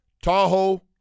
Tahoe